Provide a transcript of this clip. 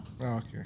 Okay